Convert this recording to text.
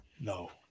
No